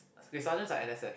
K sergeants are n_s_f